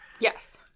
yes